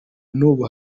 n’ubu